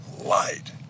light